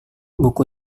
buku